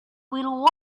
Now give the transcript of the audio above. will